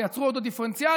תייצרו אותו דיפרנציאלי,